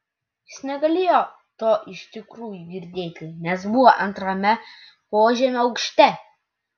jis negalėjo to iš tikrųjų girdėti nes buvo antrame požemio aukšte